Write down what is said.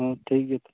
ᱴᱷᱤᱠ ᱜᱮᱭᱟ